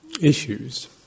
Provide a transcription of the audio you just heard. issues